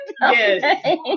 Yes